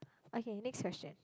okay next question